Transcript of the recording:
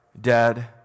dead